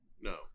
no